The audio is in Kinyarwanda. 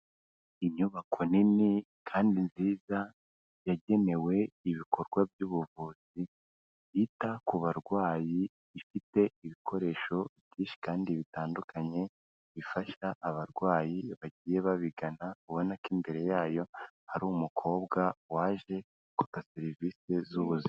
Inyubako nini kandi nziza, yagenewe ibikorwa by'ubuvuzi, byita ku barwayi, ifite ibikoresho byinshi kandi bitandukanye, bifasha abarwayi bagiye babigana, ubona ko imbere yayo hari umukobwa waje gufata serivisi z'ubuzima.